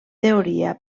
teoria